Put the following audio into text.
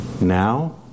now